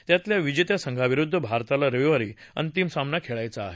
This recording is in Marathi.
त्यातल्या विजेत्या संघाविरुद्ध भारताला रविवारी अंतिम सामन खेळायचा आहे